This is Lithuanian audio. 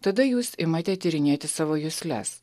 tada jūs imate tyrinėti savo jusles